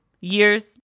years